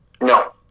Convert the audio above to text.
No